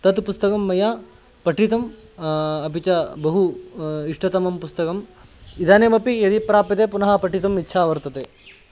तत् पुस्तकं मया पठितुम् अपि च बहु इष्टतमं पुस्तकम् इदानीमपि यदि प्राप्यते पुनः पठितुम् इच्छा वर्तते